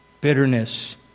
bitterness